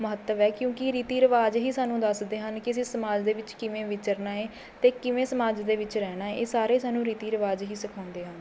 ਮਹੱਤਵ ਹੈ ਕਿਉਂਕਿ ਰੀਤੀ ਰਿਵਾਜ ਹੀ ਸਾਨੂੰ ਦੱਸਦੇ ਹਨ ਕਿ ਅਸੀਂ ਸਮਾਜ ਦੇ ਵਿੱਚ ਕਿਵੇਂ ਵਿਚਰਨਾ ਏ ਅਤੇ ਕਿਵੇਂ ਸਮਾਜ ਦੇ ਵਿੱਚ ਰਹਿਣਾ ਏ ਇਹ ਸਾਰੇ ਸਾਨੂੰ ਰੀਤੀ ਰਿਵਾਜ ਹੀ ਸਿਖਾਉਂਦੇ ਹਨ